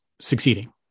succeeding